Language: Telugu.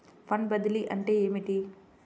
ఫండ్ బదిలీ అంటే ఏమిటి?